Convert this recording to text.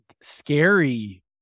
scary